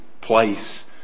place